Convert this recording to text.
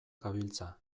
gabiltza